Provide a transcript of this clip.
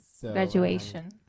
graduation